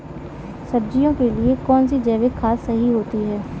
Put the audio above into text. सब्जियों के लिए कौन सी जैविक खाद सही होती है?